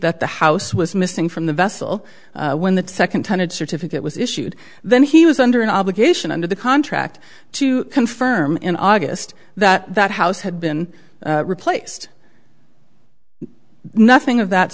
that the house was missing from the vessel when that second tonnage certificate was issued then he was under an obligation under the contract to confirm in august that that house had been replaced nothing of that